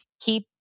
keep